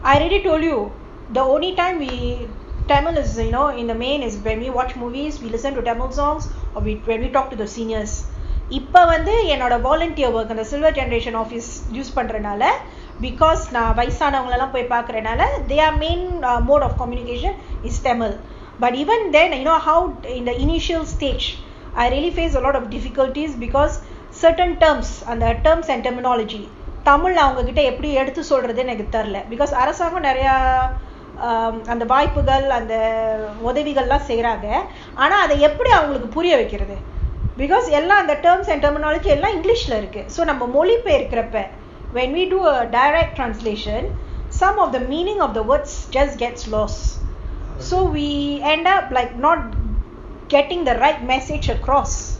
I already told you the only time we tamil as you know in the main is when we watch movies we listen to tamil songs or we talk to the seniors இப்போவந்துஎன்னோட:ipo vandhu ennoda the civil generation office use பண்றதால:panrathala their main mode of communication is tamil but even then you know how in the initial stage I really face a lot of difficulties because certain terms under terms and terminologies when we do a direct translation some of the meaning of the words just get lost so we end up not getting the right message across